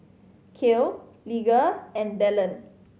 Cale Lige and Belen